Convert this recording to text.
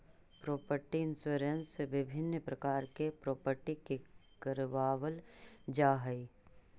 property insurance विभिन्न प्रकार के प्रॉपर्टी के करवावल जाऽ हई